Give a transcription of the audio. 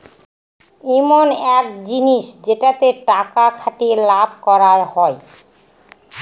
ইমন এক জিনিস যেটাতে টাকা খাটিয়ে লাভ করা হয়